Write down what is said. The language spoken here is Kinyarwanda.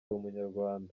umunyarwanda